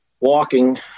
walking